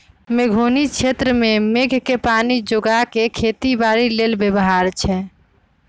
मेघोउनी क्षेत्र में मेघके पानी जोगा कऽ खेती बाड़ी लेल व्यव्हार छै